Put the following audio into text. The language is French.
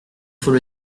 faut